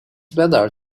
better